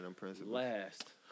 Last